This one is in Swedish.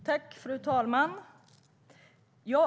Fru talman!